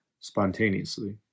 spontaneously